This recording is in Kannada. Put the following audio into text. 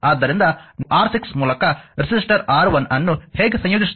ಆದ್ದರಿಂದ R6 ಮೂಲಕ ರೆಸಿಸ್ಟರ್ R1 ಅನ್ನು ಹೇಗೆ ಸಂಯೋಜಿಸುತ್ತೇವೆ